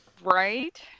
Right